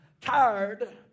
tired